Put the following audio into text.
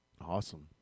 Awesome